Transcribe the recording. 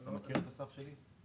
ההתייעצות הסיעתית הסתיימה.